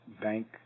bank